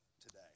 today